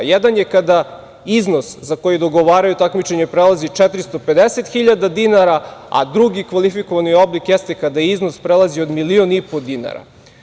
Jedan je kada iznos za koji dogovaraju takmičenje prelazi 450 hiljada dinara, a drugi kvalifikovani oblik jeste kada iznos prelazi 1,5 miliona dinara.